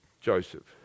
Joseph